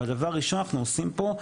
אבל הדבר הראשון אנחנו עושים פה,